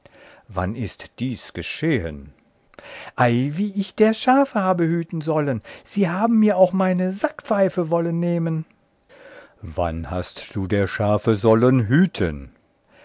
wann ist dies geschehen simpl ei wie ich der schafe habe hüten sollen sie haben mir auch meine sackpfeife wollen nehmen einsied wann hast du der schafe sollen hüten